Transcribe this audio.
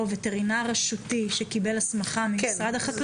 וטרינר רשותי שקיבל הסמכה ממשרד החקלאות.